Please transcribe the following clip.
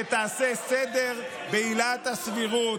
שתעשה סדר בעילת הסבירות.